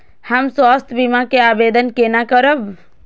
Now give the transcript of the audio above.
हम स्वास्थ्य बीमा के आवेदन केना करब?